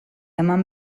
eman